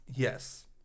Yes